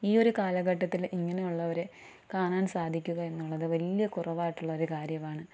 ഈയൊരു കാലഘട്ടത്തിൽ ഇങ്ങനുള്ളവരെ കാണാൻ സാധിക്കുക എന്നുള്ളത് വലിയ കുറവായിട്ടുള്ള ഒരു കാര്യമാണ്